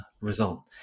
result